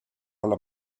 alla